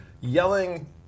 yelling